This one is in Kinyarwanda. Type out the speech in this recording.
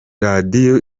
radio